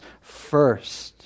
first